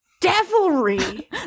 devilry